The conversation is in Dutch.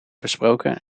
besproken